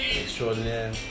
Extraordinaire